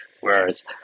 Whereas